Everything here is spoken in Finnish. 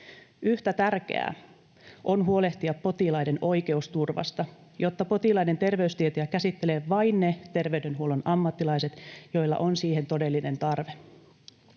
Yhtä tärkeää on huolehtia potilaiden oikeusturvasta, jotta potilaiden terveystietoja käsittelevät vain ne terveydenhuollon ammattilaiset, joilla on siihen todellinen tarve.